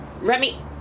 Remy